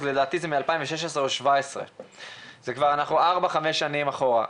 לדעתי זה מ-2016 או 2017. אנחנו 4-5 שנים אחורה.